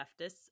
leftists